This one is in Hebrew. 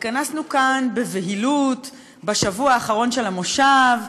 התכנסנו כאן בבהילות בשבוע האחרון של המושב,